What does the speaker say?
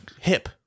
hip